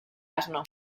asno